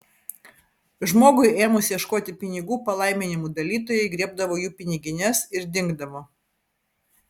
žmogui ėmus ieškoti pinigų palaiminimų dalytojai griebdavo jų pinigines ir dingdavo